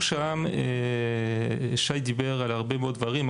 שי דיבר על הרבה מאוד דברים.